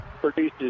produces